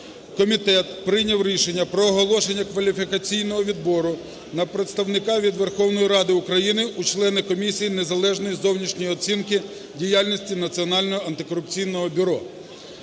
комітет прийняв рішення про оголошення кваліфікаційного відбору на представника від Верховної Ради України у члени комісії незалежної зовнішньої оцінки діяльності Національного антикорупційного бюро.